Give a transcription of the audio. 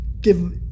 give